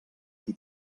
qui